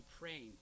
praying